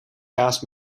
kaas